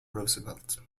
roosevelt